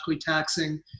taxing